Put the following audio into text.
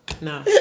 No